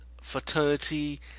fraternity